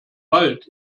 wald